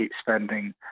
spending